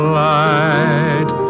light